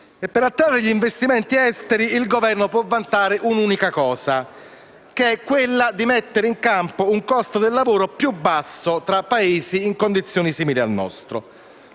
Per attrarre gli investimenti esteri il Governo può vantare un'unica cosa: mettere in campo un costo del lavoro più basso tra i Paesi in condizioni simili al nostro.